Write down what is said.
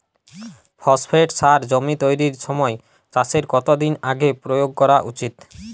Phosphate সার জমি তৈরির সময় চাষের কত দিন আগে প্রয়োগ করা উচিৎ?